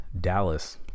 Dallas